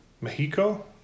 Mexico